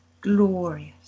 glorious